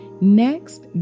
Next